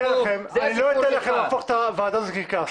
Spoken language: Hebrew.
אני לא אתן לכם להפוך את הוועדה הזו לקרקס.